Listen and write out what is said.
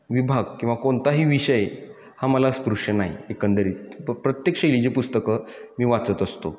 विभाग किंवा कोणताही विषय हा मला स्पृश्य नाही एकंदरीत प प्रत्येक शैलीचे पुस्तकं मी वाचत असतो